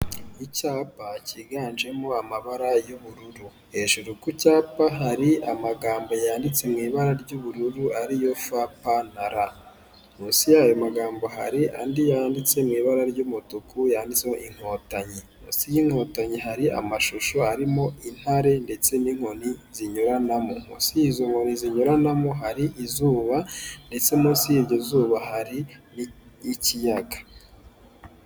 Icyapa cyiganjemo amabara y'ubururu hejuru ku cyapa hari amagambo yanditse mu ibara ry'ubururu ariyo fa pa na ra. Munsi y'ayo magambo hari andi yanditse mu ibara ry'umutuku yanditseho inkotanyi. Munsi y'inkotanyi hari amashusho arimo intare ndetse n'inkoni zinyuranamo, munsi izoni zinyuranamo hari izuba, ndetse munsi y'iryo zuba hari n'ikiyaga.